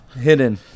Hidden